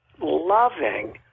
loving